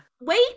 wait